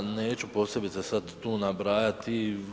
Neću posebice sada tu nabrajati.